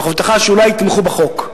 תוך הבטחה שאולי יתמכו בחוק.